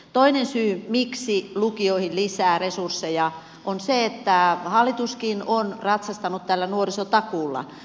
toinen syy miksi lukioihin lisää resursseja on se että hallituskin on ratsastanut tällä nuorisotakuulla